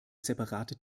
separate